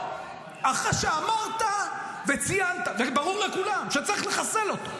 אחרי שאמרת וציינת וברור לכולם שצריך לחסל אותו,